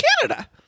Canada